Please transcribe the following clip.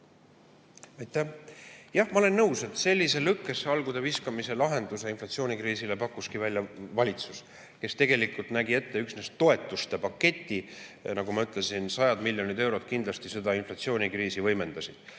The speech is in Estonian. Jah, ma olen nõus, aga sellise lõkkesse halgude viskamise lahenduse inflatsioonikriisile pakkuski välja valitsus, kes tegelikult nägi ette üksnes toetuste paketi. Nagu ma ütlesin, need sajad miljonid eurod kindlasti seda inflatsioonikriisi võimendasid.